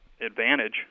advantage